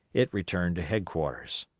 it returned to headquarters.